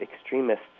extremists